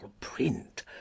print